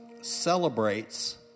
celebrates